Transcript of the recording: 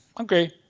Okay